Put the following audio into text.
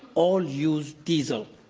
all use diesel.